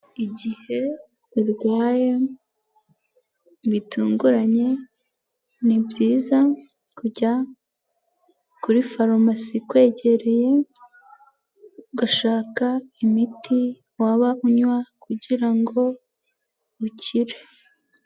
Igihe urwaye bitunguranye ni byiza kujya kuri farumasi kwegereye, ugashaka imiti waba unywa kugira ngo ukire.